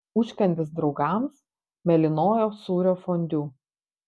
užkandis draugams mėlynojo sūrio fondiu